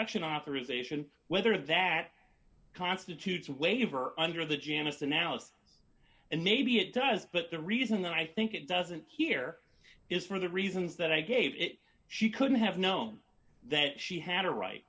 action authorization whether that constitutes a waiver under the janice analysis and maybe it does but the reason that i think it doesn't here is for the reasons that i gave it she couldn't have known that she had a right